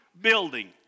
building